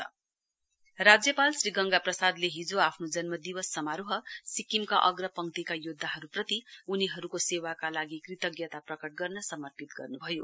governor बडे राज्यपाल श्री गंगा प्रसादले हिजो आफ्नो जन्मदिवस समारोह सिक्किमका अग्रपंक्तिका योध्याहरुप्रति उनीहरुको सेवाका लागि कृज्ञता प्रकट गर्न समर्पित गर्नुभयो